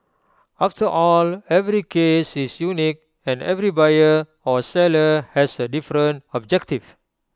after all every case is unique and every buyer or seller has A different objective